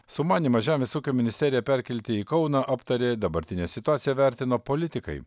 sumanymą žemės ūkio ministeriją perkelti į kauną aptarė dabartinę situaciją vertino politikai